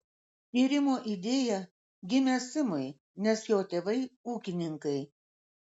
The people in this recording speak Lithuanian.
tyrimo idėja gimė simui nes jo tėvai ūkininkai